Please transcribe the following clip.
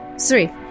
three